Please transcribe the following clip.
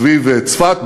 סביב צפת,